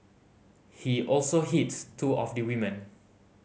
he also hits two of the women